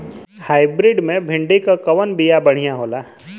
Hybrid मे भिंडी क कवन बिया बढ़ियां होला?